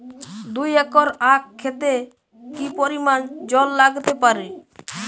দুই একর আক ক্ষেতে কি পরিমান জল লাগতে পারে?